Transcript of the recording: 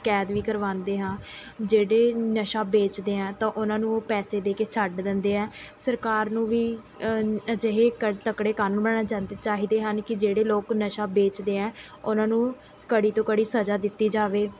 ਕੈਦ ਵੀ ਕਰਵਾਉਂਦੇ ਹਾਂ ਜਿਹੜੇ ਨਸ਼ਾ ਵੇਚਦੇ ਹੈ ਤਾਂ ਉਹਨਾਂ ਨੂੰ ਉਹ ਪੈਸੇ ਦੇ ਕੇ ਛੱਡ ਦਿੰਦੇ ਹੈ ਸਰਕਾਰ ਨੂੰ ਵੀ ਅਜਿਹੇ ਕ ਤਕੜੇ ਕਾਨੂੰਨ ਬਣਾਉਣਾ ਚਾਦ ਚਾਹੀਦੇ ਹਨ ਕਿ ਜਿਹੜੇ ਲੋਕ ਨਸ਼ਾ ਵੇਚਦੇ ਐਂ ਉਹਨਾਂ ਨੂੰ ਕੜੀ ਤੋਂ ਕੜੀ ਸਜ਼ਾ ਦਿੱਤੀ ਜਾਵੇ